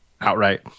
outright